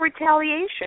retaliation